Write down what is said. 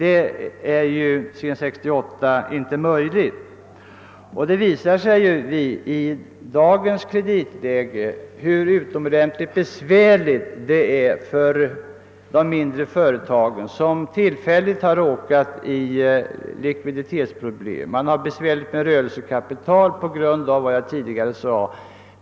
Efter detta år är det inte möjligt, och i dagens kreditläge visar det sig hur utomordentligt besvärligt det är för de mindre företag som tillfälligt har fått likviditetsproblem. Som jag tidigare nämnde har de svårigheter med sitt rörelsekapital.